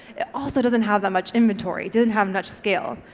it also doesn't have that much inventory, didn't have much scale.